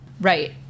Right